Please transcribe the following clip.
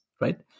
right